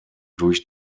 durch